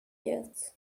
yet